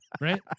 right